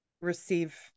receive